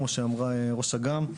כמו שאמרה ראש אג"מ,